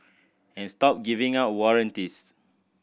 and stop giving out warranties